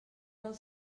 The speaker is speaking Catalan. del